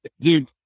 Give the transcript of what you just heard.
Dude